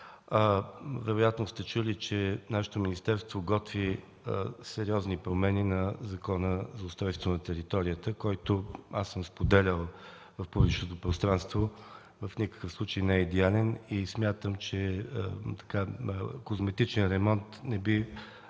вероятно сте чули, че нашето министерство готви сериозни промени на Закона за устройство на територията, който аз съм споделял в публичното пространство, в никакъв случай не е идеален и смятам, че козметичен ремонт не би